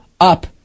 up